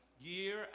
year